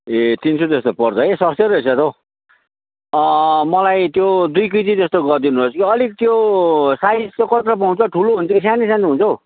ए तिन सय जस्तो पर्छ है सस्तै रहेछ त हौ मलाई त्यो दुई केजी जस्तो गरिदिनुहोस् कि अलिक त्यो साइज चाहिँ कत्रो पाउँछ ठुलो हुन्छ कि सानो सानो हुन्छ हौ